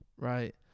right